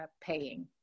paying